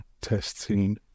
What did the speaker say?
testing